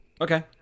Okay